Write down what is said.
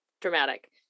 dramatic